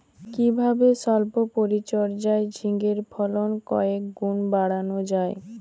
কিভাবে সল্প পরিচর্যায় ঝিঙ্গের ফলন কয়েক গুণ বাড়ানো যায়?